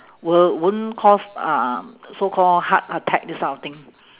will won't cause uh so call heart attack this type of thing